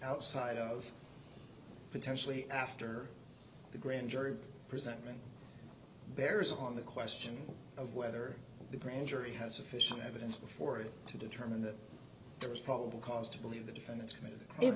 outside of potentially after the grand jury presentment bears on the question of whether the grand jury has sufficient evidence before it to determine that there is probable cause to believe the defendants committed it